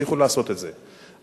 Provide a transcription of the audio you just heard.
וימשיכו לעשות את זה,